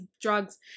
drugs